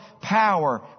power